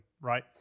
right